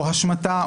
או השמטה,